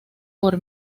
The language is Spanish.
por